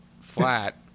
flat